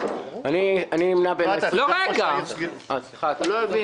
אבל הם לא יכולים לפעול נגד היועצים המשפטיים.